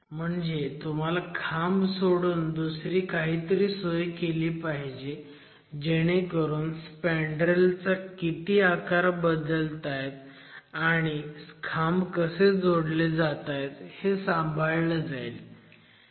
म्हणजे तुम्हाला खांब सोडून दुसरी काहीतरी सोय पाहिजे जेणेकरून स्पॅन्डरेल किती आकार बदलतायत आणि खांब कसे जोडले जातायत हे सांभाळलं जाईल